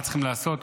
מה צריכים לעשות,